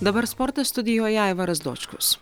dabar sportas studijoje aivaras dočkus